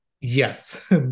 yes